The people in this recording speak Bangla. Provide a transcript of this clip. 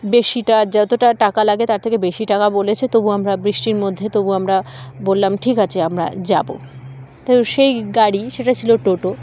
বেশিটা যতটা টাকা লাগে তার থেকে বেশি টাকা বলেছে তবুও আমরা বৃষ্টির মধ্যে তবুও আমরা বললাম ঠিক আছে আমরা যাব তো সেই গাড়ি সেটা ছিল টোটো